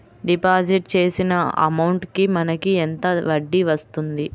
Deposit చేసిన amount కి మనకి ఎంత వడ్డీ వస్తుంది?